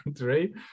right